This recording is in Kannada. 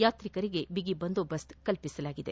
ಯಾತ್ರಿಗಳಿಗೆ ಬಿಗಿ ಬಂದೋಬಸ್ತ್ ಒದಗಿಸಲಾಗಿದೆ